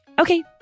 Okay